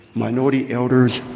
minority, elders,